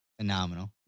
Phenomenal